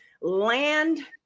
land